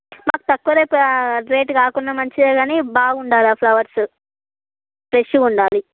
మనకి తక్కువ rate rate కాకుండా మంచిదే కానీ బాగుండాలి ఆ ఫ్లవర్స్ ఫ్రెష్గా ఉండాలి